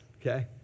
okay